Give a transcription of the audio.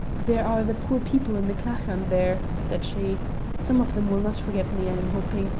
there are the poor people in the clachan there, said she some of them will not forget me i am hoping,